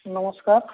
ନମସ୍କାର